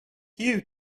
you